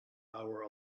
our